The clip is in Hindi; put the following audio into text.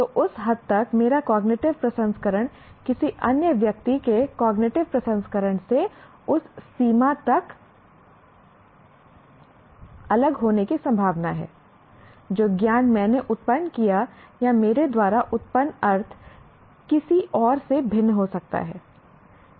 तो उस हद तक मेरा कॉग्निटिव प्रसंस्करण किसी अन्य व्यक्ति के कॉग्निटिव प्रसंस्करण से उस सीमा तक अलग होने की संभावना है जो ज्ञान मैंने उत्पन्न किया या मेरे द्वारा उत्पन्न अर्थ किसी और से भिन्न हो सकता है